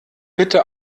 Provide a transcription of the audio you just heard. bitte